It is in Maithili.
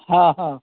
हँ हँ